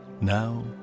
Now